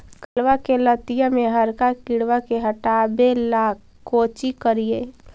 करेलबा के लतिया में हरका किड़बा के हटाबेला कोची करिए?